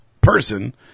person